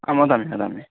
अहं वदामि वदामि